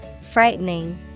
frightening